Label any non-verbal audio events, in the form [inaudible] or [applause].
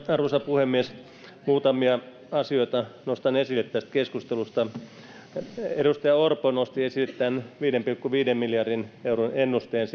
arvoisa puhemies muutamia asioita nostan esille tästä keskustelusta edustaja orpo nosti esille tämän julkisen talouden suunnitelmassa olevan viiden pilkku viiden miljardin euron ennusteen [unintelligible]